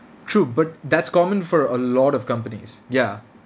true but that's common for a lot of companies ya